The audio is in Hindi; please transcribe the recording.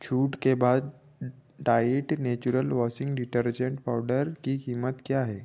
छूट के बाद diet natural washing detergent powder की कीमत क्या है